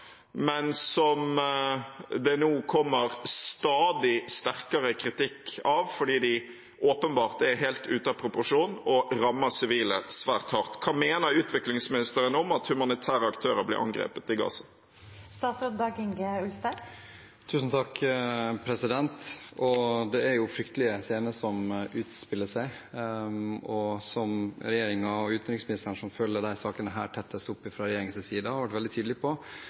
men som det nå kommer stadig sterkere kritikk av, fordi de åpenbart er helt ute av proporsjon og rammer sivile svært hardt. Hva mener utviklingsministeren om at humanitære aktører blir angrepet i Gaza? Det er fryktelige scener som utspiller seg. Som regjeringen og utenriksministeren, som følger disse sakene tettest opp fra regjeringens side, har vært veldig tydelig på,